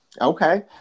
Okay